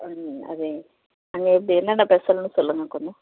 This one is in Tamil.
அது அங்கே எப்படி என்னென்ன ஸ்பெஷல்னு சொல்லுங்க கொஞ்சம்